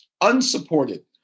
unsupported